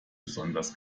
besonders